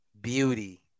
beauty